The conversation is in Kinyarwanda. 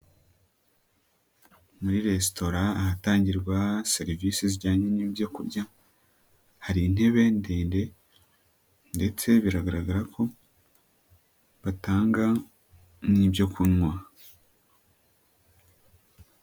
Muri resitora ahatangirwa serivisi zijyanye ni'byokurya, hari intebe ndende ndetse biragaragara ko batanga n'byo kunkunywa.